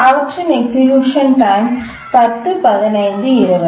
அவற்றின் execution time 10 15 20